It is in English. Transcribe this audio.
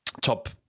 top